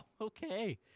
Okay